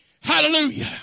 Hallelujah